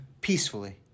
peacefully